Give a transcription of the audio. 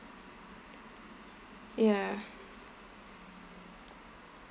ya